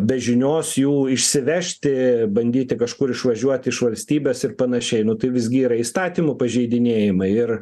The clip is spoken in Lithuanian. be žinios jų išsivežti bandyti kažkur išvažiuoti iš valstybės ir panašiai tai visgi yra įstatymų pažeidinėjimai ir